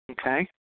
Okay